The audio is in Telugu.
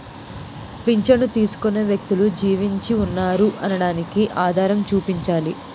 పింఛను తీసుకునే వ్యక్తులు జీవించి ఉన్నారు అనడానికి ఆధారం చూపించాలి